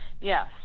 Yes